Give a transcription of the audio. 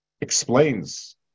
explains